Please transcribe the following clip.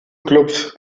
clubs